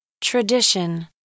Tradition